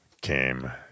came